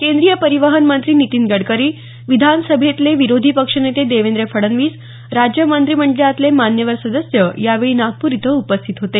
केंद्रीय परिवहन मंत्री नीतीन गडकरी विधान सभेतले विरोधी पक्षनेते देवेंद्र फडणवीस राज्य मंत्रिमंडळातले मान्यवर सदस्य यावेळी नागपूर इथं उपस्थित होते